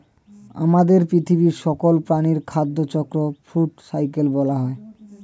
আমাদের পৃথিবীর সকল প্রাণীর খাদ্য চক্রকে ফুড সার্কেল বলা হয়